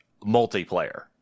multiplayer